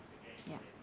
ya